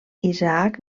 isaac